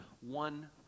one